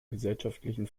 gesellschaftlichen